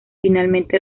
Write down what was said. finalmente